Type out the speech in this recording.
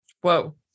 Whoa